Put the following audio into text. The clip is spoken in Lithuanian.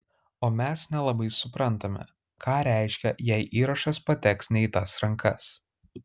o mes nelabai suprantame ką reiškia jei įrašas pateks ne į tas rankas